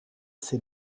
ses